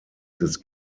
des